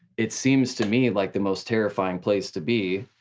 it seems to me like the most terrifying place to be,